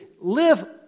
Live